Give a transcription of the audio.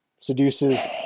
seduces